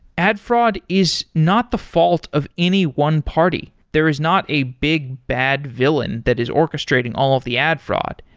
ad fraud is not the fault of any one party. there is not a big, bad villain that is orchestrating all of the add fraud.